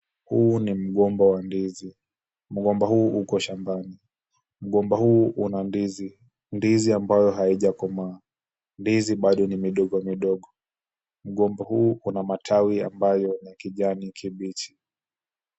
Huu ni mgomba wa ndizi. Mgomba huu uko shambani. Mgomba huu una ndizi, ndizi ambayo haijakomaa. Ndizi bado ni midogo midogo. Mgomba huu una matawi ambayo ni ya kijani kibichi.